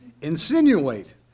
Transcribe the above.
insinuate